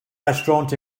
restaurant